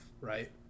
right